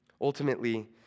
Ultimately